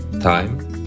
time